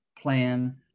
plan